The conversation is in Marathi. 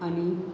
आणि